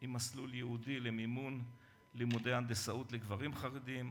עם מסלול ייעודי למימון לימודי הנדסאות לגברים חרדים,